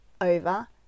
over